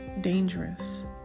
dangerous